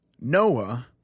Noah